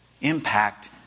impact